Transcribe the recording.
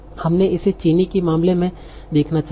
हमें इसे चीनी के मामले से देखना चाहिए